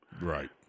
Right